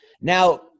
Now